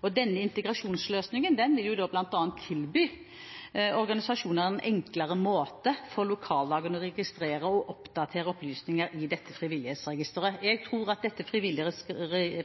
Frivillighetsregisteret. Denne integrasjonsløsningen vil da bl.a. tilby organisasjoner en enklere måte for lokallagene å registrere og oppdatere opplysninger i Frivillighetsregisteret. Jeg tror